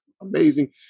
amazing